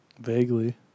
Vaguely